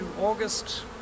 August